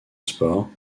sport